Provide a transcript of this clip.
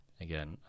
again